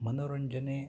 ಮನೋರಂಜನೆ